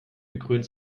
gekrönt